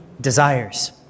desires